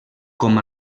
com